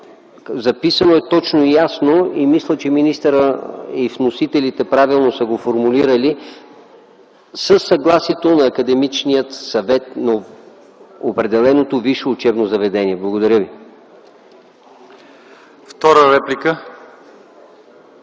записано е точно и ясно и мисля, че министърът и вносителите правилно са го формулирали – „със съгласието на Академичния съвет на определеното висше учебно заведение”. Благодаря ви. ПРЕДСЕДАТЕЛ